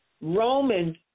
Romans